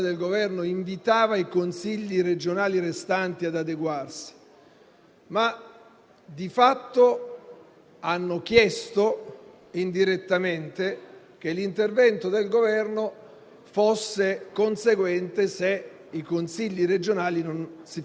in quel Consiglio non c'erano le condizioni e alla fine siamo intervenuti. E lo abbiamo fatto perché era inevitabile intervenire e lo faremo anche per il Piemonte e per la Calabria. Qualcuno qui in Aula, signor